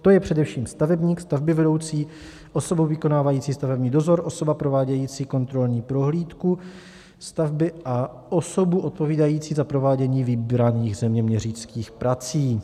To je především stavebník, stavbyvedoucí, osoba vykonávající stavební dozor, osoba provádějící kontrolní prohlídku stavby a osoba odpovídající za provádění vybraných zeměměřických prací.